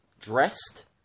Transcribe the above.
dressed